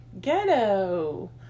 ghetto